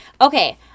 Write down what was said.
okay